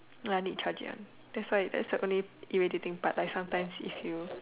no lah need charge it one that's why it that's the only irritating part like sometimes if you